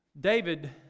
David